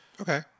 Okay